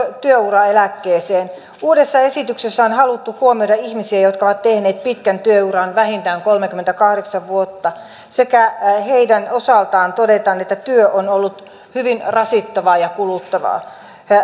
työuraeläkkeeseen uudessa esityksessä on haluttu huomioida ihmisiä jotka ovat tehneet pitkän työuran vähintään kolmekymmentäkahdeksan vuotta ja lisäksi heidän osaltaan todetaan että työ on ollut hyvin rasittavaa ja kuluttavaa